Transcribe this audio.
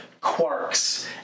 quarks